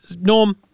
norm